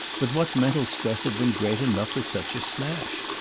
but what mental stress had been great enough for such a smash?